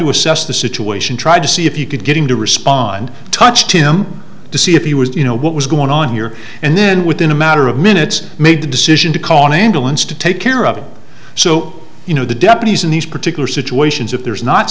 to assess the situation tried to see if you could get him to respond touched him to see if he was you know what was going on here and then within a matter of minutes made the decision to call an ambulance to take care of him so you know the deputies in these particular situations if there's not